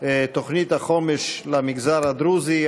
תוכנית החומש למגזר הדרוזי.